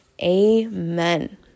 Amen